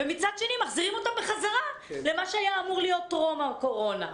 ומצד שני מחזירים אותם בחזרה למה שהיה אמור להיות טרום הקורונה.